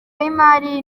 y’imari